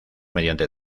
mediante